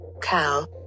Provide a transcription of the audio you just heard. Cal